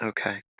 Okay